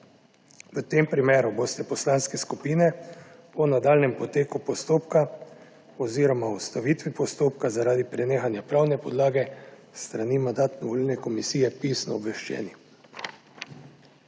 v tem primeru poslanske skupine o nadaljnjem poteku postopka oziroma o ustavitvi postopka zaradi prenehanja pravne podlage s strani Mandatno-volilne komisije pisno obveščene.